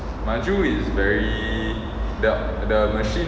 maju is very the the machine